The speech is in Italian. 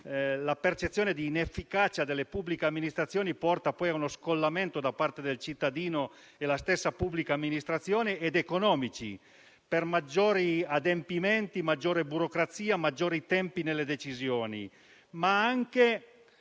la percezione di inefficacia delle pubbliche amministrazioni porta a uno scollamento tra il cittadino e la stessa pubblica amministrazione) ed economici (per maggiori adempimenti, maggiore burocrazia, tempi più lunghi nelle decisioni);